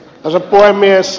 arvoisa puhemies